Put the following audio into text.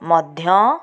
ମଧ୍ୟ